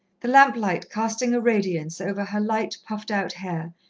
the lamp-light casting a radiance over her light, puffed-out hair,